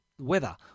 weather